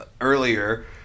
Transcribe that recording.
earlier